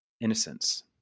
innocence